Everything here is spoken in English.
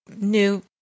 new